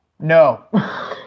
No